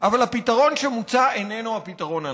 אבל הפתרון שמוצע איננו הפתרון הנכון.